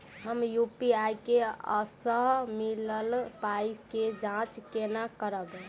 हम यु.पी.आई सअ मिलल पाई केँ जाँच केना करबै?